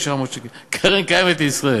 קרן קיימת לישראל,